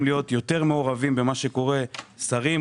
להיות יותר מעורבים במה שקורה לגבי שרים,